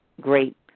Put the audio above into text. great